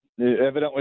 evidently